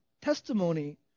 testimony